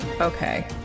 Okay